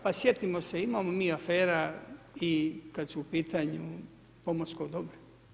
Pa sjetimo se imamo mi afera i kad su u pitanju pomorsko dobro.